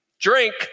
Drink